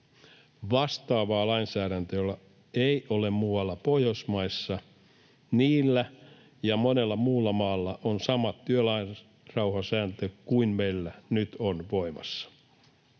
Vastaavaa lainsäädäntöä ei ole muualla Pohjoismaissa. Niissä ja monessa muussa maassa on sama työrauhasääntö kuin meillä nyt on voimassa.